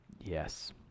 yes